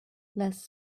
less